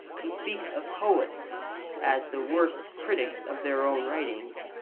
he speaks of poets as the worst critics of their own writings